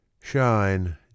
Shine